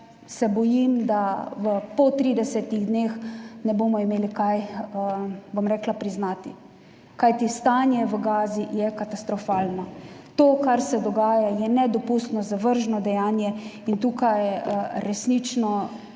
se bojim, da po 30 dneh ne bomo imeli česa priznati, kajti stanje v Gazi je katastrofalno. To, kar se dogaja, je nedopustno, zavržno dejanje. Resnično